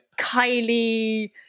Kylie